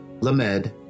Lamed